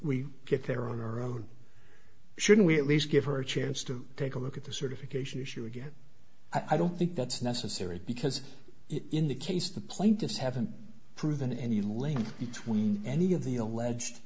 we get there on our own shouldn't we at least give her a chance to take a look at the certification issue again i don't think that's necessary because in the case the plaintiffs haven't proven any link between any of the alleged